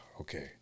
okay